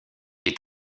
est